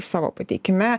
savo pateikime